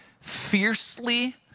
fiercely